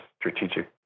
strategic